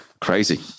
Crazy